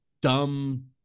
dumb